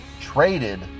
traded